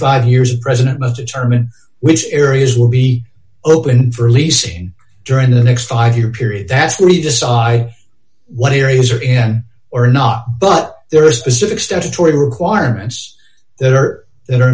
five years president must determine which areas will be opened for leasing during the next five year period that's three decide what areas are in or not but there are specific statutory requirements that are that are